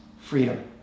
freedom